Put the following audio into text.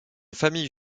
famille